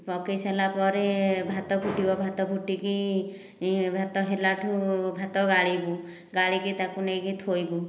ପକାଇ ସାରିଲା ପରେ ଭାତ ଫୁଟିବ ଭାତ ଫୁଟିକି ଭାତ ହେଲା ଠୁ ଭାତ ଗାଳିବୁ ଗାଳିକି ତାକୁ ନେଇକି ଥୋଇବୁ